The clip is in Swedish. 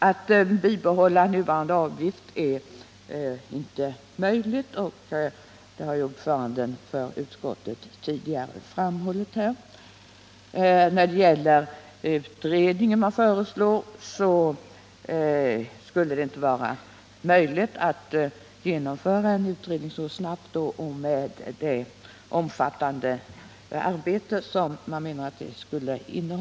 Att bibehålla nuvarande avgift är inte möjligt — det har ordföranden i utskottet tidigare framhållit. Och när det gäller den utredning som föreslås skulle det inte vara möjligt att genomföra den så snabbt, med det omfattande arbete som man menar att det skulle bli.